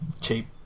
cheap